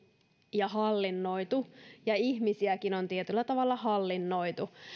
ja hallinnoitu ja ihmisiäkin on tietyllä tavalla hallinnoitu